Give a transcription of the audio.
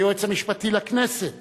היועץ המשפטי לכנסת